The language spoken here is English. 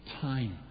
time